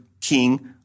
king